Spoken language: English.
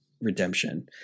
redemption